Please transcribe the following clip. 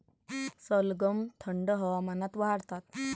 सलगम थंड हवामानात वाढतात